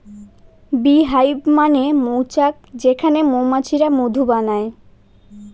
bee hive মানে মৌচাক যেখানে মৌমাছিরা মধু বানায়